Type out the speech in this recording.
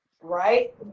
Right